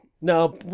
Now